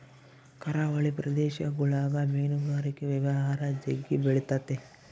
ಕರಾವಳಿ ಪ್ರದೇಶಗುಳಗ ಮೀನುಗಾರಿಕೆ ವ್ಯವಹಾರ ಜಗ್ಗಿ ಬೆಳಿತತೆ